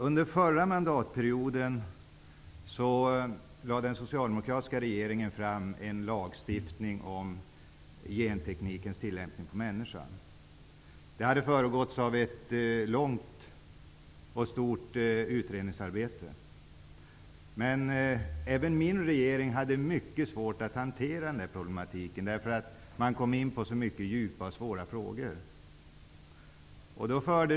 Under förra mandatperioden presenterade den socialdemokratiska regeringen en lagstiftning om genteknikens tillämpning på människan. Dessförinnan förekom under lång tid ett omfattande utredningsarbete. Men även min regering hade mycket svårt att hantera problematiken, därför att man kom in på så många djupa och svåra frågor.